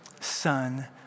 Son